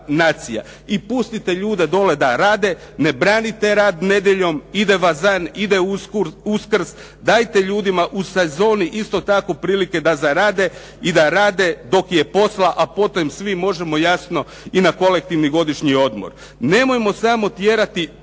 I pustite ljude dole da rade, ne branite rad nedjeljom ide Vazam, ide Uskrs, dajte ljudima u sezoni isto tako prilike da zarade i da rade dok je posla, a potom svi možemo jasno i na kolektivni godišnji odmor. Nemojmo samo tjerati